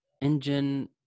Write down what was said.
engine